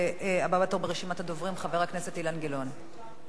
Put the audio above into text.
הבא בתור ברשימת הדוברים, חבר הכנסת אילן גילאון.